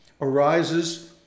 arises